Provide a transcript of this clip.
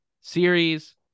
series